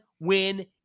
win